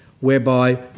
whereby